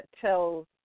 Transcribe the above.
tells